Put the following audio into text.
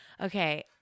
Okay